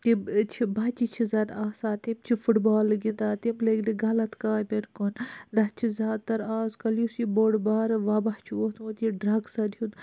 تِم چھِ بَچہِ چھِ زَن آسان تِم چھِ فُٹ بال گِنٛدان تِم لٔگۍ نہٕ غلط کٲمیَن کُن نَتہٕ چھِ زیاد تَر اَزکَل یُس یہِ بوٚڈ بارٕ وۅباہ چھُ ووٚتھمُت یہِ ڈرٛگٕسن ہُنٛد